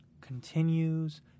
continues